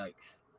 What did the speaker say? Yikes